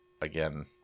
again